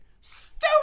Stupid